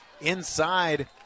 inside